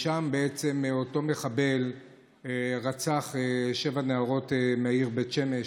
שם אותו מחבל רצח שבע נערות מהעיר בית שמש,